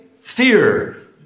fear